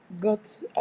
got